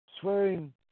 Swearing